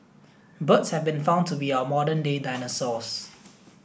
birds have been found to be our modern day dinosaurs